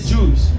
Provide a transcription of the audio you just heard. Jews